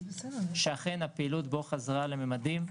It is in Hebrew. שאכן הפעילות בו חזרה לממדים.